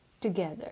together